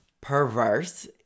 perverse